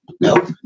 No